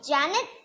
Janet